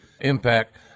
Impact